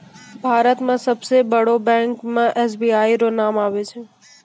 भारत मे सबसे बड़ो बैंक मे एस.बी.आई रो नाम आबै छै